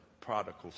prodigal